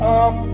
up